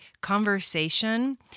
conversation